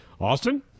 Austin